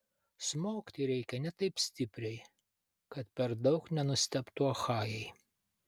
smogti reikia ne taip stipriai kad per daug nenustebtų achajai